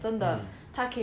mm